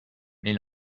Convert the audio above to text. mais